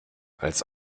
als